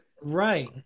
right